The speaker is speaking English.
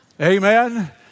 Amen